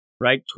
right